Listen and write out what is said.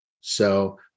So-